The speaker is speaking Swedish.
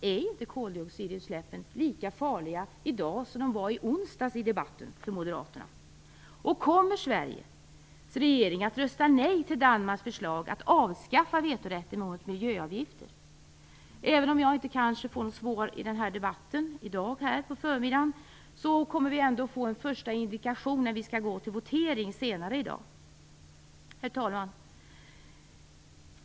Är koldioxidutsläppen inte lika farliga i dag som de var i onsdagens debatt för Moderaterna? Kommer Sveriges regering att rösta nej till Danmarks förslag att avskaffa vetorätten mot miljöavgifter? Även om jag kanske inte får något svar i denna debatt, kommer vi ändå att få en första indikation när vi skall gå till votering senare i dag. Herr talman!